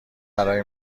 برای